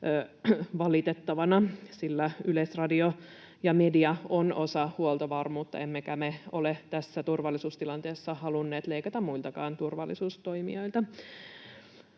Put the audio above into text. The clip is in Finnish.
valitettavina, sillä Yleisradio ja media ovat osa huoltovarmuutta, emmekä me ole tässä turvallisuustilanteessa halunneet leikata muiltakaan turvallisuustoimijoilta.